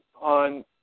on